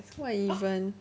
what even